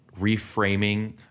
reframing